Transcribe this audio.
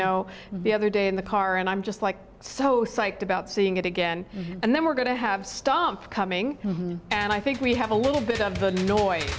know b other day in the car and i'm just like so psyched about seeing it again and then we're going to have stumped coming and i think we have a little bit of noise